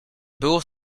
było